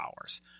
hours